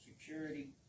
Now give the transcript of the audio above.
security